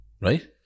right